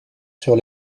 sur